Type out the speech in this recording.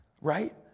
right